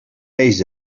peix